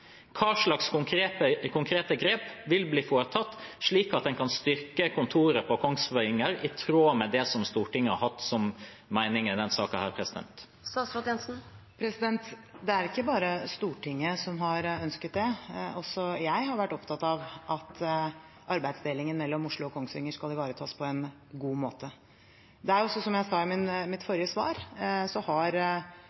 konkrete grep vil bli tatt for å styrke kontoret på Kongsvinger i tråd med det som Stortinget har hatt som mening i denne saken? Det er ikke bare Stortinget som har ønsket det. Også jeg har vært opptatt av at arbeidsdelingen mellom Oslo og Kongsvinger skal ivaretas på en god måte. Som jeg sa i mitt